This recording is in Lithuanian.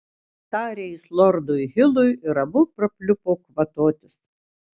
tarė jis lordui hilui ir abu prapliupo kvatotis